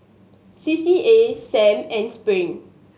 C C A Sam and Spring